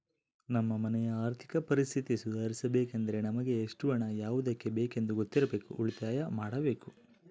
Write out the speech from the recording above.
ನಮ್ಮ ಮನೆಯ ಆರ್ಥಿಕ ಪರಿಸ್ಥಿತಿ ಸುಧಾರಿಸಬೇಕೆಂದರೆ ನಮಗೆ ಎಷ್ಟು ಹಣ ಯಾವುದಕ್ಕೆ ಬೇಕೆಂದು ಗೊತ್ತಿರಬೇಕು, ಉಳಿತಾಯ ಮಾಡಬೇಕು